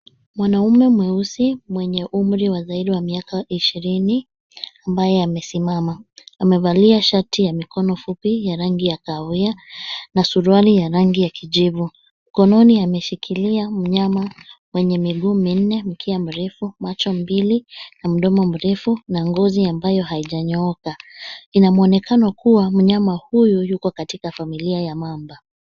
Mwanamume mweusi mwenye umri wa zaidi wa miaka ishirini, ambaye amesimama. Amevalia shati ya mikono fupi, ya rangi ya kahawia, na suruali ya rangi ya kijivu. Mkononi ameshikilia mnyama mwenye miguu minne, mkia mrefu, macho mbili, na mdomo mrefu, na ngozi ambayo haijanyooka. Ina muonekano kuwa mnyama huyu, yuko katika familia ya mamba.